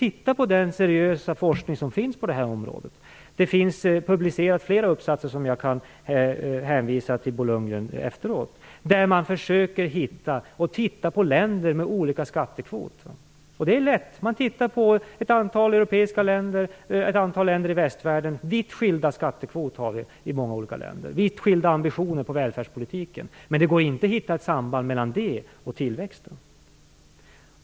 I den seriösa forskning som finns på området - det har publicerats flera uppsatser som jag kan hänvisa Bo Lundgren till efter debatten - jämförs ett antal europeiska länder och länder i västvärlden som har vitt skilda skattekvoter och vitt skilda ambitioner när det gäller välfärdspolitiken. Men det går inte att finna ett samband mellan sänkt skatt och tillväxt.